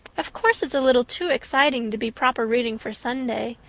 of course it's a little too exciting to be proper reading for sunday,